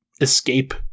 escape